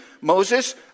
Moses